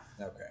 Okay